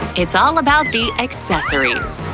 it's all about the accessories.